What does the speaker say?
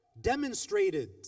demonstrated